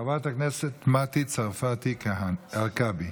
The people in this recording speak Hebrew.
חברת הכנסת מתי צרפתי הרכבי,